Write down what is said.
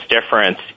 difference